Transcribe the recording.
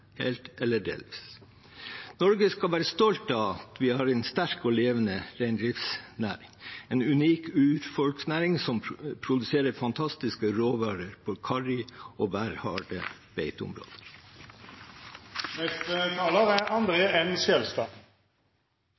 helt eller delvis. Norge skal være stolt av at vi har en sterk og levende reindriftsnæring, en unik urfolksnæring som produserer fantastiske råvarer på karrige og værharde